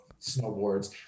snowboards